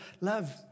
love